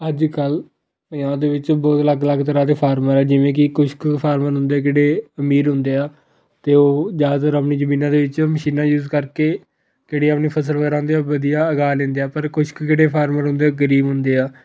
ਅੱਜ ਕੱਲ੍ਹ ਪੰਜਾਬ ਦੇ ਵਿੱਚ ਬਹੁਤ ਅਲੱਗ ਅਲੱਗ ਤਰ੍ਹਾਂ ਦੇ ਫਾਰਮਰ ਆ ਜਿਵੇਂ ਕਿ ਕੁਛ ਕੁ ਫਾਰਮਰ ਹੁੰਦੇ ਜਿਹੜੇ ਅਮੀਰ ਹੁੰਦੇ ਆ ਅਤੇ ਉਹ ਜ਼ਿਆਦਾਤਰ ਆਪਣੀ ਜ਼ਮੀਨਾਂ ਦੇ ਵਿੱਚ ਮਸ਼ੀਨਾਂ ਯੂਜ ਕਰਕੇ ਕਿਹੜੀ ਆਪਣੀ ਫਸਲ ਵਗੈਰਾ ਹੁੰਦੀ ਆ ਉਹ ਵਧੀਆ ਉਗਾ ਲੈਂਦੇ ਆ ਪਰ ਕੁਛ ਕੁ ਜਿਹੜੇ ਫਾਰਮਰ ਹੁੰਦੇ ਉਹ ਗਰੀਬ ਹੁੰਦੇ ਆ